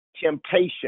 temptation